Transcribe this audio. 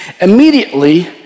Immediately